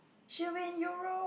she'll be in Europe